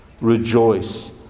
Rejoice